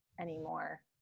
anymore